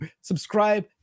subscribe